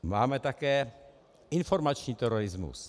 Máme také informační terorismus.